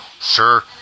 Sure